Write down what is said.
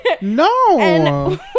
No